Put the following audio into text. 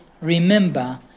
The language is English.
remember